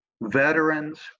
veterans